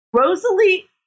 Rosalie